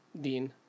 Dean